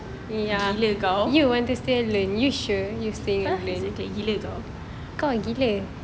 gila kau ya exactly gila kau